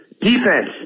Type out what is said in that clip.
Defense